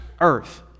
earth